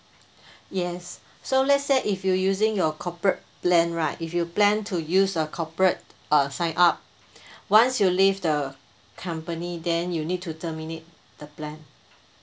yes so let's say if you using your corporate plan right if you plan to use a corporate a sign up once you leave the company then you need to terminate the plan